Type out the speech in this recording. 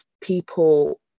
people